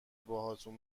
باهاتون